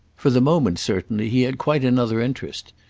for the moment certainly he had quite another interest.